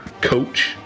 Coach